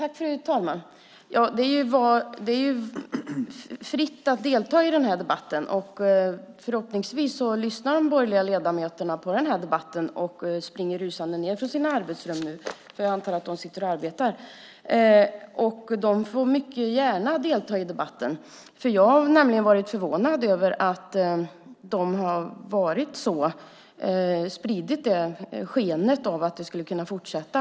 Fru talman! Det är fritt att delta i debatten. Förhoppningsvis lyssnar de borgerliga ledamöterna på debatten och rusar ned från sina arbetsrum nu; jag antar att de sitter och arbetar. De får mycket gärna delta i debatten. Jag har nämligen varit förvånad över att de har spridit skenet av att detta skulle kunna fortsätta.